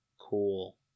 Cool